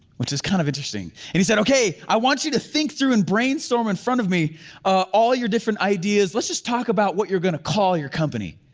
which is kind of interesting and he said, okay, i want you to think through and brainstorm in front of me all your different ideas. let's just talk about what you're gonna call your company.